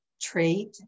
trait